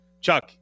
Chuck